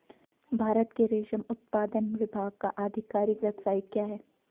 भारत के रेशम उत्पादन विभाग का आधिकारिक वेबसाइट क्या है?